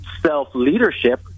self-leadership